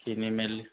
কিনি মেলি